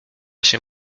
się